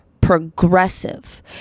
progressive